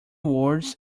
words